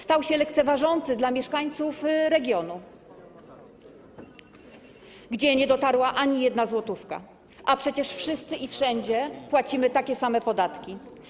Stał się lekceważący dla mieszkańców regionu, gdzie nie dotarła ani jedna złotówka, a przecież wszyscy i wszędzie płacimy takie same podatki.